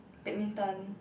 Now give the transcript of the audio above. badminton